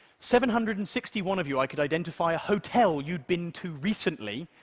seven hundred and sixty-one of you i could identify a hotel you'd been to recently,